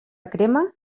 crema